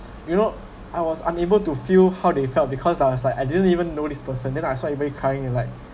you know I was unable to feel how they felt because I was like I didn't even know this person then I saw everybody crying like